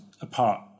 apart